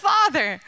Father